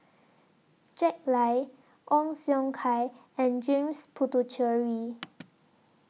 Jack Lai Ong Siong Kai and James Puthucheary